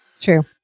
True